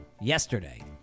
yesterday